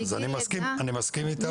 אז אני מסכים איתך.